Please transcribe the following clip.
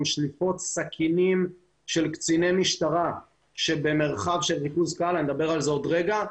שליפות סכינים של קציני משטרה ונדבר על זה עוד רגע.